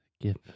Give